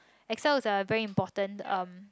Excel is a very important um